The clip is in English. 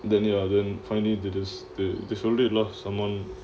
then ya then finally did as they sold it lah someone